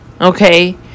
okay